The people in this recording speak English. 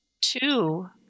two